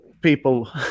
people